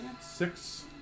six